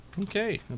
Okay